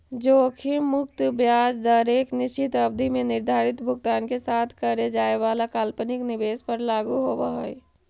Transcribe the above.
जोखिम मुक्त ब्याज दर एक निश्चित अवधि में निर्धारित भुगतान के साथ करे जाए वाला काल्पनिक निवेश पर लागू होवऽ हई